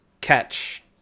catch